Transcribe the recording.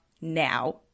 now